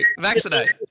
vaccinate